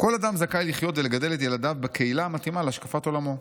"כל אדם זכאי לחיות ולגדל את ילדיו בקהילה המתאימה להשקפת עולמו.